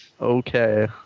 Okay